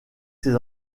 ses